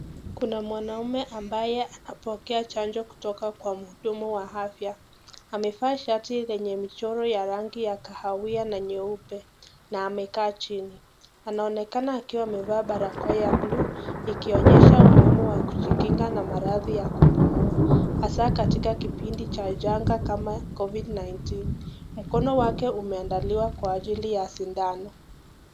Kuna mwanaume ambaye anapokea chanjo kutoka kwa mhudumu wa afya amevaa shati lenye mchoro ya rangi ya kahawia na nyeupe na amekaa chini. Anaonekana akiwa amevaa barakoa ya buluu ikionyesha umuhimu wa kujikinga na maradhi ya kupumua hasa katika kipindi cha janga kama Covid 19.Mkono wake umeandaliwa kwa ajili ya sindano.